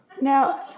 Now